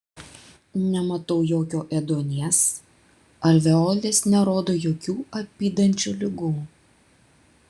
nematau jokio ėduonies alveolės nerodo jokių apydančių ligų